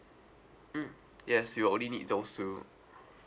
mm yes you will only need those two